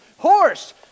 Horse